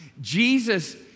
Jesus